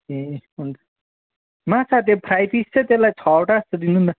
ए हुन्छ माछा त्यो फ्राइ फिस चाहिँ त्यसलाई छवटा जस्तो दिनु न